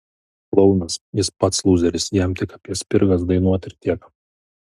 klounas jis pats lūzeris jam tik apie spirgas dainuot ir tiek